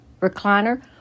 recliner